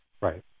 Right